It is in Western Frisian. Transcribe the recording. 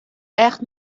echt